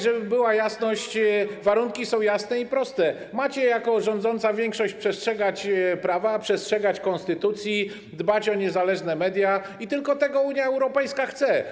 Żeby była jasność, warunki są jasne i proste: macie jako rządząca większość przestrzegać prawa, przestrzegać konstytucji, dbać o niezależne media - i tylko tego Unia Europejska chce.